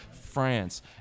france